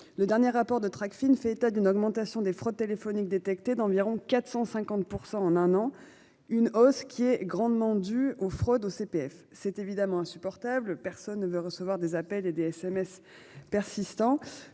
le dernier rapport de traque fine, fait état d'une augmentation des fraudes téléphoniques détecter d'environ 450% en un an. Une hausse qui est grandement due aux fraudes au CPF, c'est évidemment insupportable. Personne ne veut recevoir des appels et des SMS persistant